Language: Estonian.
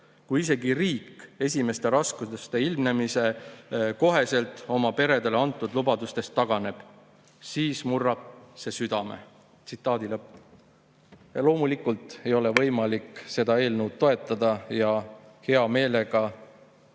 Kui isegi riik esimeste raskuste ilmnemisel koheselt oma peredele antud lubadustest taganeb, siis murrab see südame."Loomulikult ei ole võimalik seda eelnõu toetada ja hea meelega